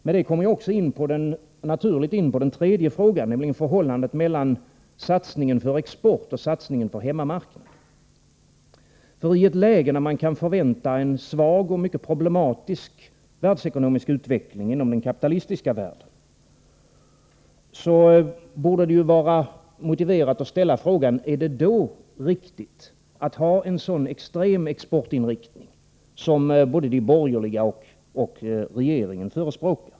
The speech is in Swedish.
Med detta kommer jag också naturligt in på den tredje frågan, nämligen förhållandet mellan satsningen på export och satsningen på hemmamarknad. I ett läge när man kan förvänta en svag och mycket problematisk världsekonomisk utveckling inom den kapitalistiska världen borde det ju vara motiverat att ställa frågan: Är det då riktigt att ha en så extrem exportinriktning som både de borgerliga och regeringen förespråkar?